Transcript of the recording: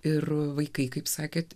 ir vaikai kaip sakėte